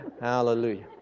Hallelujah